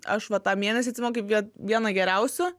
aš vat tą mėnesį atsimenu kaip vie vieną geriausių